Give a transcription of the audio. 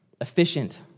Efficient